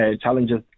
challenges